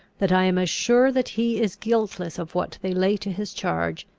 that i am as sure that he is guiltless of what they lay to his charge,